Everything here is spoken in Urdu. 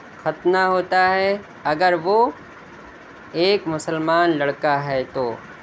ختنہ ہوتا ہے اگر وہ ایک مسلمان لڑکا ہے تو